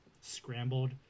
scrambled